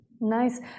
nice